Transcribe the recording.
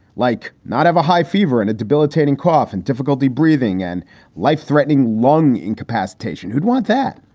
like not have a high fever and a debilitating cough and difficulty breathing and life threatening lung incapacitation. who'd want that?